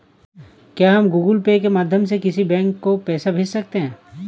क्या हम Google Pay के माध्यम से किसी बैंक को पैसे भेज सकते हैं?